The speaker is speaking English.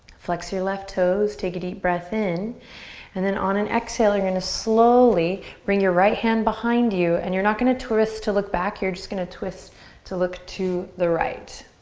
flex your left toes, take a deep breath in and then on an exhale, you're gonna slowly bring your right hand behind you and you're not gonna twist to look back. you're just gonna twist to look to the right.